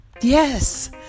Yes